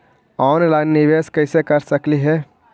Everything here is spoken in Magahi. ऑनलाइन निबेस कैसे कर सकली हे?